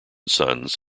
sons